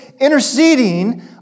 interceding